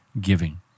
giving